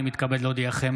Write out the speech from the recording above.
אני מתכבד להודיעכם,